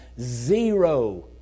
zero